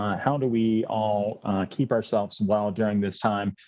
how do we all keep ourselves well during this time,